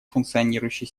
функционирующей